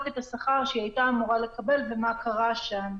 את השכר שהייתה אמורה לקבל ומה קרה שם.